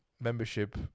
membership